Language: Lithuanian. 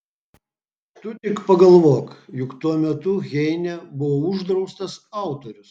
tu tik pagalvok juk tuo metu heine buvo uždraustas autorius